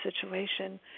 situation